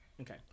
Okay